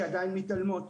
שעדיין מתעלמות,